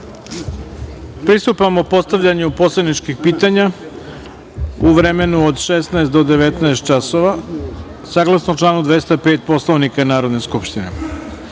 pristupamo postavljanju poslaničkih pitanja u vremenu od 16.00 do 19.00 časova, saglasno članu 205. Poslovnika Narodne skupštine. Pre